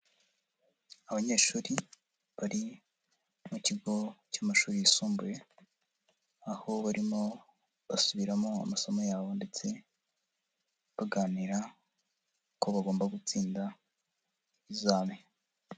Abanyeshuri bari mu kigo cy'amashuri yisumbuye aho barimo basubiramo amasomo yabo ndetse baganira ko bagomba gutsinda ikizami.